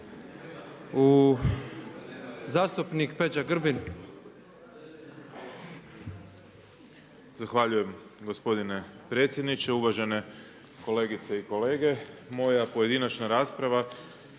Zastupnik Peđa Grbin.